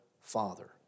Father